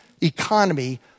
economy